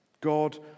God